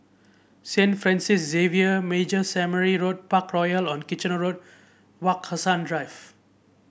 Saint Francis Xavier Major Seminary Parkroyal on Kitchener Road Wak Hassan Drive